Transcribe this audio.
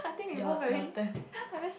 your your turn